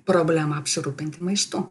problema apsirūpinti maistu